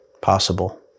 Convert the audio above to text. Possible